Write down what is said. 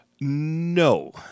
No